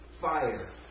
fire